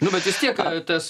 nu bet vis tiek tas